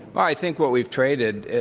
i think what we've traded,